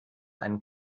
einen